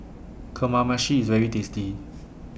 Kamameshi IS very tasty